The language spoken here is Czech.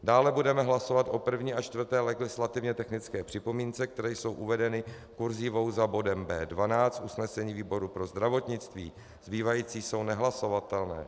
Dále budeme hlasovat o první až čtvrté legislativně technické připomínce, které jsou uvedeny kurzívou za bodem B12 v usnesení výboru pro zdravotnictví, zbývající jsou nehlasovatelné.